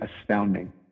astounding